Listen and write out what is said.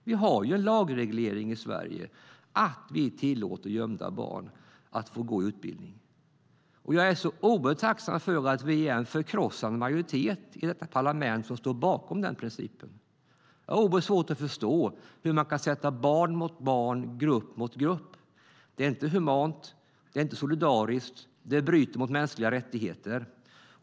Vi har en lagreglering i Sverige som gör att vi tillåter gömda barn att få utbildning. Jag är oerhört tacksam över att vi som står bakom den principen är i förkrossande majoritet i detta parlament. Jag har oerhört svårt att förstå hur man kan ställa barn mot barn och grupp mot grupp. Det är inte humant, och det är inte solidariskt. Det bryter mot mänskliga rättigheter.